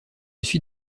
suis